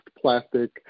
plastic